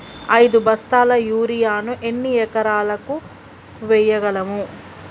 ఐదు బస్తాల యూరియా ను ఎన్ని ఎకరాలకు వేయగలము?